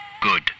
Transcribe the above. good